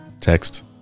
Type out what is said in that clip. text